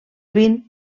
vint